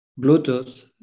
Bluetooth